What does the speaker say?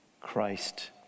Christ